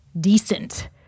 decent